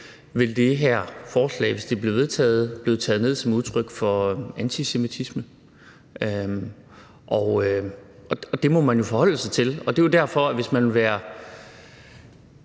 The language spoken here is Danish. ville det her forslag, hvis det blev vedtaget, blive taget ned som udtryk for antisemitisme. Og det må man jo forholde sig til. Det er jo derfor, at man, hvis man vil være